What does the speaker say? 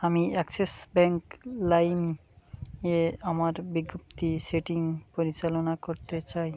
আমি Axis Bank Lime এ আমার বিজ্ঞপ্তির সেটিংস পরিচালনা করতে চাই